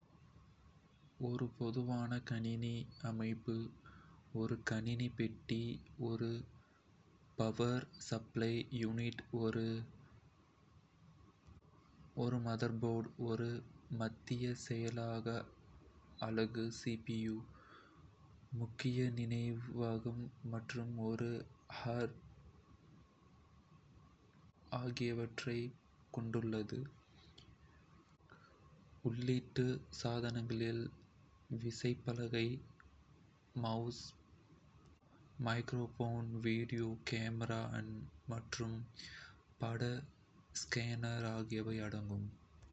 ஒரு பொதுவான கணினி அமைப்பு ஒரு கணினி பெட்டி, ஒரு பவர் சப்ளை யூனிட், ஒரு மதர்போர்டு, ஒரு மத்திய செயலாக்க அலகு, முக்கிய நினைவகம் மற்றும் ஒரு ஹார்ட் டிஸ்க் டிரைவ் ஆகியவற்றைக் கொண்டுள்ளது. உள்ளீட்டு சாதனங்களில் விசைப்பலகை, மவுஸ், மைக்ரோஃபோன், வீடியோ கேமரா மற்றும் பட ஸ்கேனர் ஆகியவை அடங்கும்.